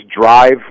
drive